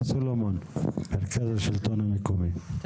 סלומון, מרכז השלטון המקומי, בבקשה.